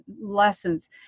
lessons